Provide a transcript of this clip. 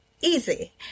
easy